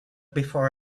before